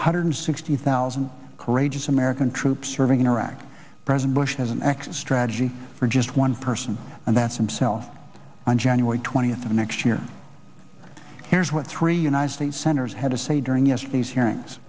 with hundred sixty thousand courageous american troops serving in iraq president bush has an exit strategy for just one person and that's him selfe on january twentieth of next year here's what three united states senators had to say during yesterday's hearings